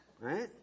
Right